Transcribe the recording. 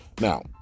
now